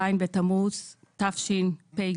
ז' בתמוז תשפ"ג,